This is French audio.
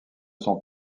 sont